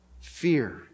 Fear